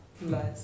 Nice